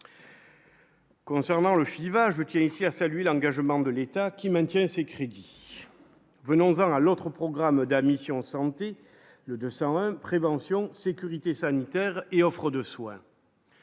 Concernant le Fiva je tiens ici à saluer l'engagement de l'État qui maintient ses crédits, venons-en à l'autre programme d'admission senti le de 200 prévention sécurité sanitaire et offre de soins.